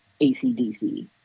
ACDC